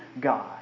God